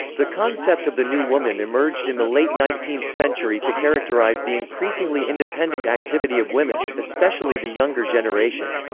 the concept of the new woman emerged in the late nineteenth century to characterize the increasingly independent activity of women, especially the younger generation.